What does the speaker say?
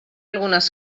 algunes